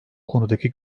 konudaki